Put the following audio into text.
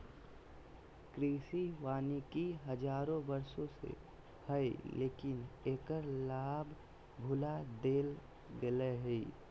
कृषि वानिकी हजारों वर्षों से हइ, लेकिन एकर लाभ भुला देल गेलय हें